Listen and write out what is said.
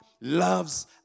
loves